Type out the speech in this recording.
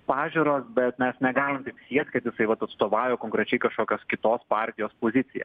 pažiūros bet mes negalim tai siekt kad jisai vat atstovauja konkrečiai kažkokios kitos partijos poziciją